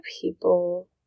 people